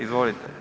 Izvolite.